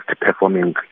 performing